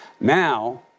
Now